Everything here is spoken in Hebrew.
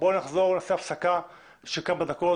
נעשה הפסקה של כמה דקות,